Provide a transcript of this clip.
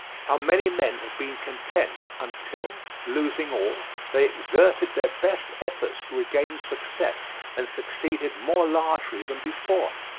how many men have been content until, losing all, they exerted their best efforts to regain success, and succeeded more largely than before.